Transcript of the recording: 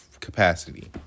Capacity